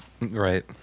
Right